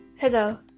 Hello